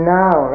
now